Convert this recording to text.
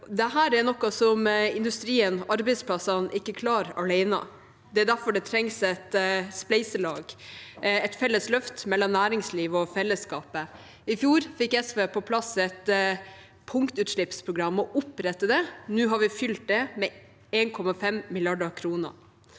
Dette er noe som industrien og arbeidsplassene ikke klarer alene. Det er derfor det trengs et spleiselag, et felles løft mellom næringslivet og fellesskapet. I fjor fikk SV på plass å opprette et punktutslippsprogram. Nå har vi fylt det med 1,5 mrd. kr.